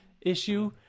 issue